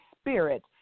spirit